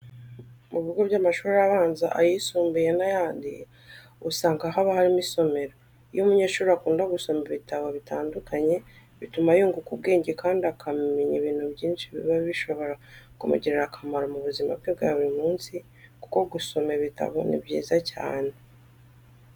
Mu bigo by'amashuri abanza, ayisumbuye n'ayandi usanga haba harimo isomero. Iyo umunyeshuri akunda gusoma ibitabo bitandukanye bituma yunguka ubwenge kandi akamenya ibintu byinshi biba bishobora kumugirira akamaro mu buzima bwe bwa buri munsi kuko gusoma ibitabo ni byiza cyane.